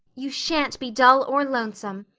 you sha'n't be dull or lonesome.